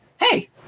Hey